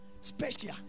special